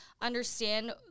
understand